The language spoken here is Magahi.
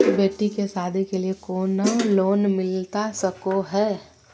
बेटी के सादी के लिए कोनो लोन मिलता सको है?